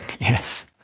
yes